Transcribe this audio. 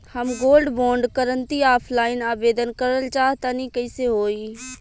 हम gold bond करंति offline आवेदन करल चाह तनि कइसे होई?